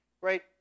right